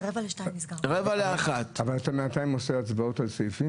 אתה עושה הצבעות על סעיפים?